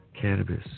Cannabis